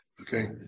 Okay